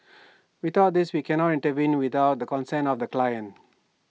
without this we cannot intervene without the consent of the client